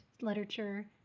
literature